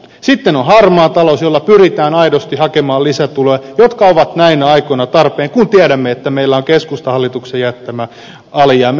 sitten on harmaan talouden torjunta jolla pyritään aidosti hakemaan lisätuloja jotka ovat näinä aikoina tarpeen kun tiedämme että meillä on keskustahallituksen jättämä alijäämä